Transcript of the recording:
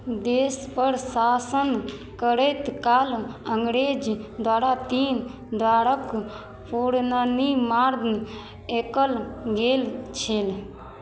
देशपर शासन करैत काल अन्गरेज द्वारा तीन द्वारके पूर्णनि मार्ग एकल गेल छल